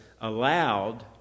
allowed